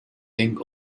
bank